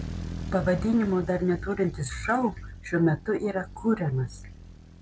pavadinimo dar neturintis šou šiuo metu yra kuriamas